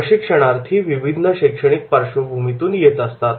प्रशिक्षणार्थी विभिन्न शैक्षणिक पार्श्वभूमीतून येत असतात